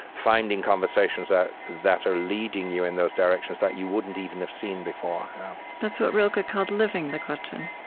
finding conversations that that are leading you in those directions that you wouldn't even have seen before that's what rilke called living the question.